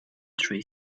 three